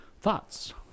Thoughts